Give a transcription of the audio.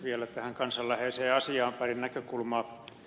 vielä tähän kansanläheiseen asiaan pari näkökulmaa